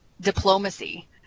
diplomacy